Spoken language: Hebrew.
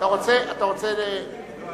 כבר